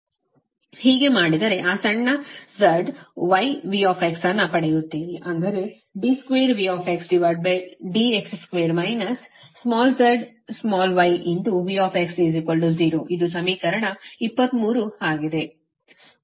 ಹೀಗೆ ಮಾಡಿದರೆ ಆ ಸಣ್ಣ z ಸಣ್ಣ yV ಅನ್ನು ಪಡೆಯುತ್ತೀರಿ ಅಂದರೆ d2Vdx2 small zsmallyVx0 ಇದು ಸಮೀಕರಣ 23 ಆಗಿದೆ